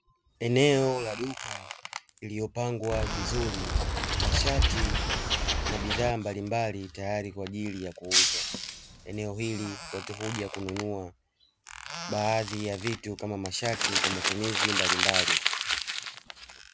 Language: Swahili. Eneo la duka lilopangwa vizuri pamoja na bidhaa nyingine